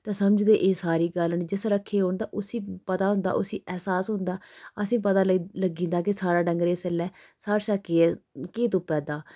ते समझदे एह् सारी गल्ल न जिस रक्खे दे होन ते उसी पता होंदा उसी एहसास होंदा असेंगी पता लग्गी जंदा कि साढ़ा डंगर इसलै साढ़ै शा केह् केह् तुप्पा दा